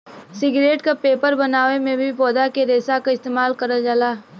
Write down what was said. cigarette क paper बनावे में भी पौधा के रेशा क इस्तेमाल करल जाला